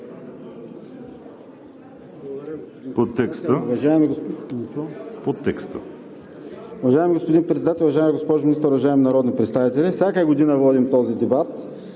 По текста,